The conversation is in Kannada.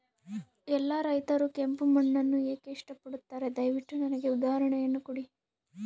ಎಲ್ಲಾ ರೈತರು ಕೆಂಪು ಮಣ್ಣನ್ನು ಏಕೆ ಇಷ್ಟಪಡುತ್ತಾರೆ ದಯವಿಟ್ಟು ನನಗೆ ಉದಾಹರಣೆಯನ್ನ ಕೊಡಿ?